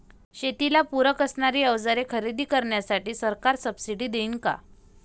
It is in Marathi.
शेतीला पूरक असणारी अवजारे खरेदी करण्यासाठी सरकार सब्सिडी देईन का?